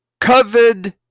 COVID